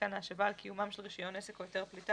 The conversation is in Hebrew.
מיתקן ההשבה על קיומם של רישיון עסק או היתר פליטה,